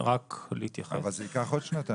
אבל זה ייקח עוד שנתיים.